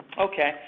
Okay